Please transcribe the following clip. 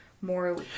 more